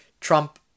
Trump